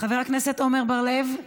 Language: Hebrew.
חבר הכנסת עמר בר-לב,